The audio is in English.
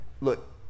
Look